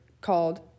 called